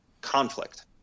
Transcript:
conflict